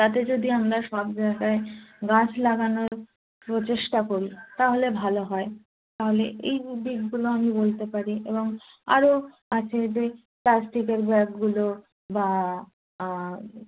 তাতে যদি আমরা সব জায়গায় গাছ লাগানোর প্রচেষ্টা করি তাহলে ভালো হয় তাহলে এই বিকল্পগুলো আমি বলতে পারি এবং আরও আছে যে প্লাস্টিকের ব্যাগগুলো বা